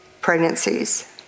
pregnancies